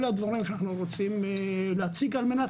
אלה הדברים שאנחנו רוצים להציג על מנת